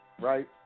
right